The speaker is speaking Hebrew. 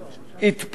התפרעו,